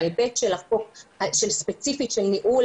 ההיבט כאן הוא ספציפית של ניהול